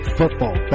football